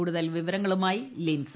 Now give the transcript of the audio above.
കൂടുതൽ വിവരങ്ങളുമായി ലിൻസ